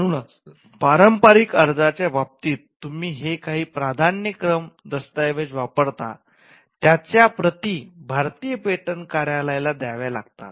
म्हणूनच पारंपरिक अर्जाच्या बाबतीत तुम्ही जे काही प्राधान्यक्रम दस्तऐवज वापरतात्याच्या प्रती भारतीय पेटंट कार्यालयाला द्याव्या लागतात